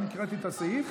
אני הקראתי את הסעיף,